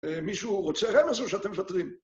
מישהו רוצה רמז, או שאתם מוותרים?